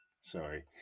Sorry